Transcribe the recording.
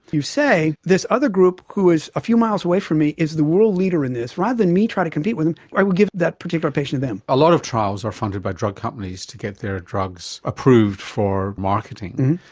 you say this other group who is a few miles away from me is the world leader in this, rather than me trying to compete with them, i would give that particular patient to them. a lot of trials are funded by drug companies to get their drugs approved for marketing.